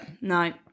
No